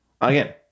again